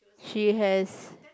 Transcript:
she has